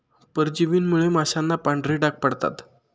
परजीवींमुळे माशांना पांढरे डाग पडतात